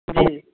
جی جی